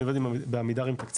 אני עובד בעמידר עם תקציב,